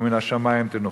ומן השמים תנוחמו.